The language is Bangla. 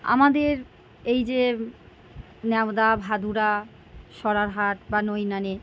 আমাদের এই যে ন্যাওদা ভাদুরা সরারহাট বা নৈনানে